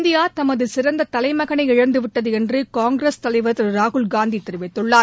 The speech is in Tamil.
இந்தியா தமது சிறந்த தலைமகனை இழந்துவிட்டது என்றும் காங்கிரஸ் தலைவர் திரு ராகுல்காந்தி தெரிவித்குள்ளார்